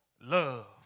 love